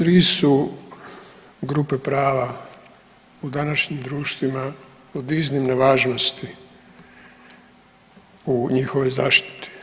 Tri su grupe prava u današnjim društvima od iznimne važnosti u njihovoj zaštiti.